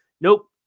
Nope